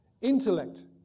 Intellect